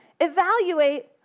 evaluate